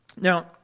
Now